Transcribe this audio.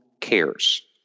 cares